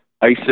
ISIS